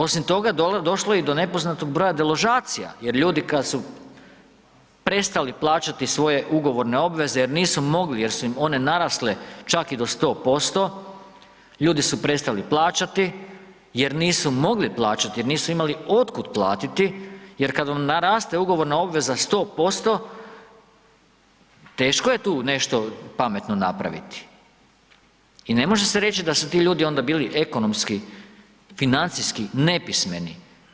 Osim toga, došlo je i do nepoznatog broja deložacija jer ljudi kad su prestali plaćati svoje ugovorne obveze jer nisu mogli jer su im one narasle, čak i do 100%, ljudi su prestali plaćati jer nisu mogli plaćati jer nisu imali od kud platiti jer kad vam naraste ugovorna obveza 100% teško je tu nešto pametno napraviti i ne može se reći da su ti ljudi onda bili ekonomski, financijski nepismeni.